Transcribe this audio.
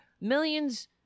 millions